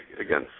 again